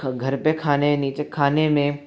घर पे खाने नीचे खाने में